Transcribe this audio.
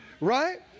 right